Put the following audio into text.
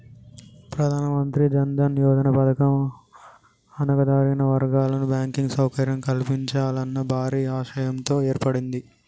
ప్రధానమంత్రి జన్ దన్ యోజన పథకం అణగారిన వర్గాల కు బ్యాంకింగ్ సౌకర్యం కల్పించాలన్న భారీ ఆశయంతో ఏర్పడింది